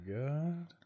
God